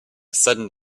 sudden